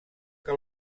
que